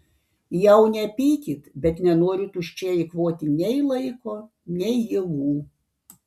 jau nepykit bet nenoriu tuščiai eikvoti nei laiko nei jėgų